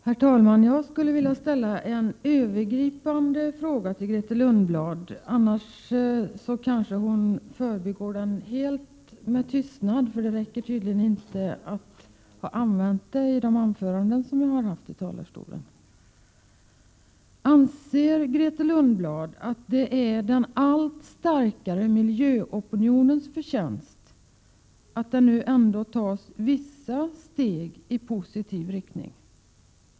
Herr talman! Jag skulle vilja ställa två övergripande frågor till Grethe Lundblad, annars kanske hon helt förbigår dem med tystnad: Inser Grethe Lundblad att det är den allt starkare miljöopinionens förtjänst att det nu ändå tas vissa steg i positiv riktning?